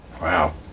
Wow